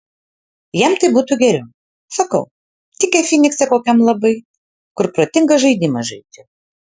jam tai būtų geriau sakau tikę fynikse kokiam labai kur protinga žaidimą žaidžia